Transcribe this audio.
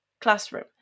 classroom